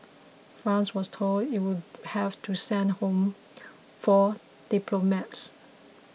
France was told it would have to send home four diplomats